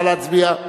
נא להצביע.